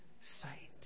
sight